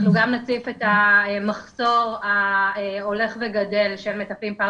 אנחנו גם נציף את המחסור ההולך וגדל של מטפלים פרה